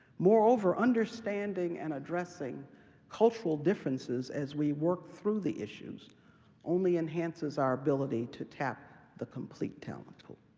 moreover, understanding and addressing cultural differences as we work through the issues only enhances our ability to tap the complete talent pool.